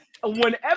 whenever